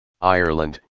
Ireland